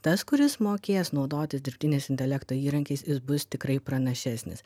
tas kuris mokės naudotis dirbtiniais intelekto įrankiais jis bus tikrai pranašesnis